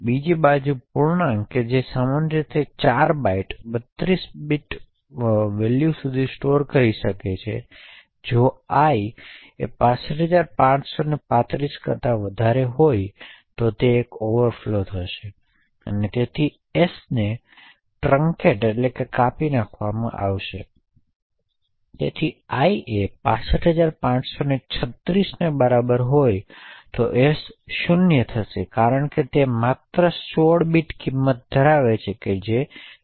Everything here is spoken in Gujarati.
બીજી બાજુ પૂર્ણાંક જે સામાન્ય રીતે 4 બાઇટ્સ 32 બીટ વેલ્યુ સુધી સ્ટોર કરી શકે છે જો i 65535 કરતા વધારે હોય તો એક ઓવરફ્લો જોવા મળે છે અને તેથી s ને કાપવામાં આવે છે તેથી i એ 65536 ને બરાબર છે તો s 0 બનશે કારણ કે તે માત્ર 16 બીટ કિંમત ધરાવે છે 0 છે